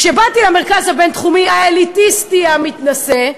כשבאתי למרכז הבין-תחומי האליטיסטי המתנשא,